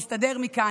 תודה, נסתדר מכאן.